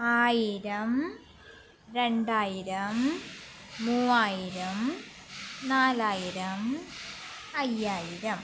ആയിരം രണ്ടായിരം മൂവായിരം നാലായിരം അയ്യായിരം